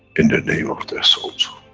in the name of their souls,